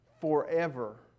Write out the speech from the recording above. forever